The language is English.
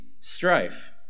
strife